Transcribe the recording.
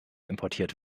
importiert